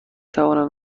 توانم